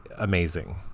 amazing